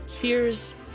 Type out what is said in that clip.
Cheers